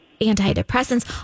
antidepressants